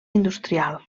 industrial